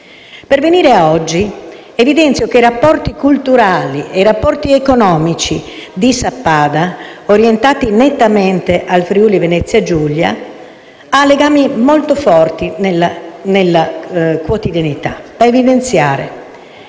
Per venire ad oggi, evidenzio che i rapporti culturali ed economici di Sappada, orientati nettamente al Friuli-Venezia Giulia, sono forti e quotidiani. È da evidenziare,